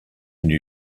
new